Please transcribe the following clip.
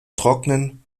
trocknen